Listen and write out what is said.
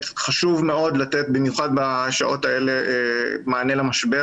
חשוב מאוד לתת במיוחד בשעות האלה מענה למשבר,